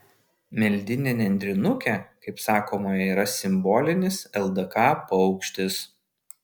meldinė nendrinukė kaip sakoma yra simbolinis ldk paukštis